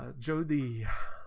ah jody